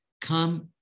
come